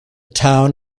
town